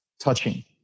touching